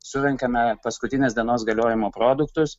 surenkame paskutinės dienos galiojimo produktus